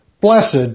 Blessed